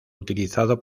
utilizado